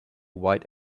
white